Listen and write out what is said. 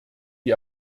die